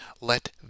let